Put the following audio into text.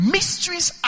Mysteries